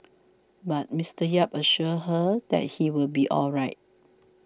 but Mister Yap assures her that he will be all right